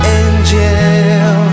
angel